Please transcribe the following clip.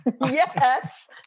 Yes